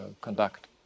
conduct